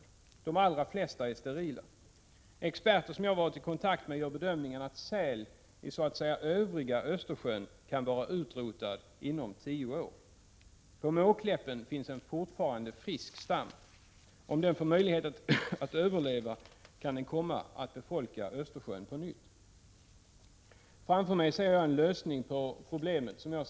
De allra flesta sälarna är sterila. Experter som jag har varit i kontakt med gör bedömningen att sälstammen i övriga Östersjön kan vara utrotad inom tio år. På Måkläppen finns det fortfarande en frisk stam. Om stammen får möjlighet att överleva kan den komma att ”befolka” Östersjön på nytt. Framför mig ser jag en lösning på problemet i tre steg.